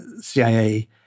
CIA